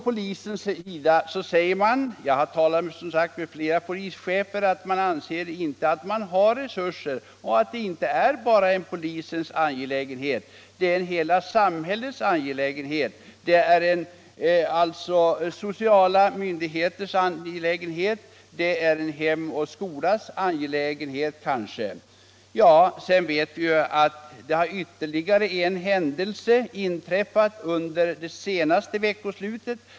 Polisen anser inte att den har tillräckliga resurser och att detta inte bara är polisens angelägenhet — det är hela samhällets angelägenhet, det är sociala myndigheters angelägenhet, det är kanske Hem och skolas angelägenhet. Sedan inträffade som vi vet ytterligare en händelse under det senaste veckoslutet.